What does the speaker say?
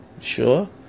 Sure